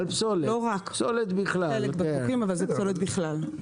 לא רק, חלק בקבוקים, זו פסולת בכלל.